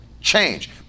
change